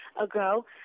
ago